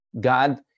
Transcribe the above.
god